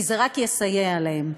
כי זה רק יסייע להם.